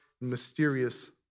mysterious